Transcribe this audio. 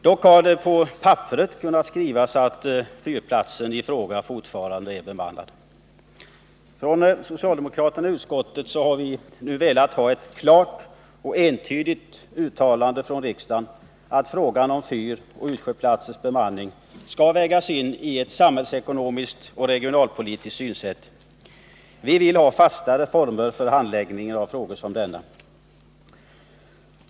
Dock har det på papperet kunnat skrivas att fyrplatsen i fråga fortfarande är bemannad. Vi socialdemokrater i utskottet vill ha ett klart och entydigt uttalande från riksdagen om att frågan om fyroch utsjöplatsers bemanning skall vägas in i ett samhällsekonomiskt och regionalpolitiskt synsätt. Vi vill ha fastare former för handläggningen av frågor som denna.